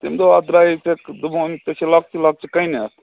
تٔمۍ دوٚپ اَتھ درٛایے سٮ۪کھ دوٚپُن ژےٚ چھِی لۅکچہٕ لۅکچہٕ کَنہِ اَتھ